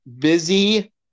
busy